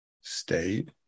state